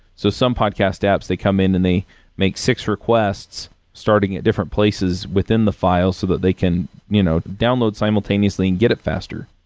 so some podcast apps, they come in and they make six requests starting at different places within the file so that they can you know download simultaneously and get it faster.